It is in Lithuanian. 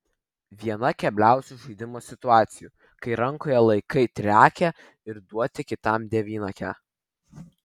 viena kebliausių žaidimo situacijų kai rankoje laikai triakę ir duoti kitam devynakę